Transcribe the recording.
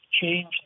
change